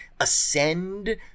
ascend